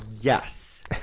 Yes